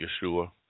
Yeshua